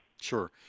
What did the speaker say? Sure